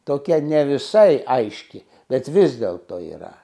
tokia ne visai aiški bet vis dėlto yra